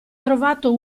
trovato